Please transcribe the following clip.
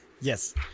Yes